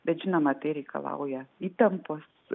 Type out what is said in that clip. bet žinoma tai reikalauja įtempus